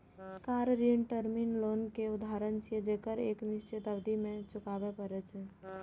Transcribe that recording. car ऋण term loan के उदाहरण छियै, जेकरा एक निश्चित अवधि मे चुकबै पड़ै छै